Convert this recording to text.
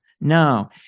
no